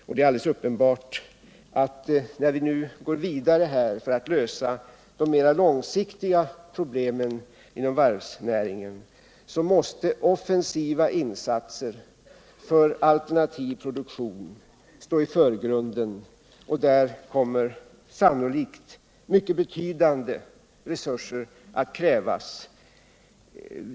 Och det är alldeles uppenbart att när vi nu går vidare för att lösa de mera långsiktiga problemen inom varvsnäringen, måste offensiva insatser för alternativ produktion stå i förgrunden, och där kommer sannolikt mycket betydande resurser att krävas.